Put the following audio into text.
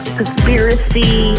conspiracy